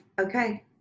okay